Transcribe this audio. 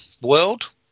world